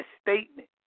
statement